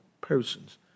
persons